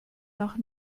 nach